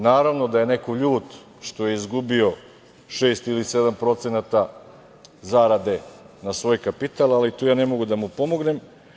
Naravno, da je neko ljut što je izgubio 6% ili 7% zarade na svoj kapital, ali tu ja ne mogu da mu pomognem.